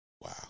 Wow